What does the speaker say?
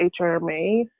HRMA